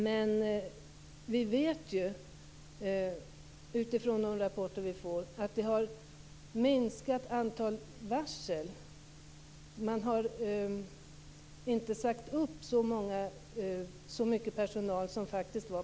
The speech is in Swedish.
Men vi vet ju, utifrån de rapporter som vi får, att antalet varsel har minskat.